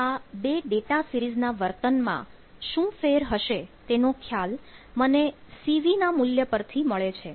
તો આ બે ડેટા સિરીઝના વર્તનમાં શું ફેર હશે તેનો ખ્યાલ મને CV ના મૂલ્ય પરથી મળે છે